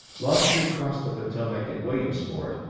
longstreet crossed the potomac at williamsport,